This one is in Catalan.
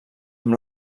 amb